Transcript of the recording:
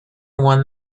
one